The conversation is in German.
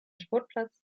sportplatz